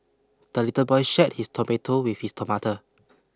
the little boy shared his tomato with his tomato